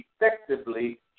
effectively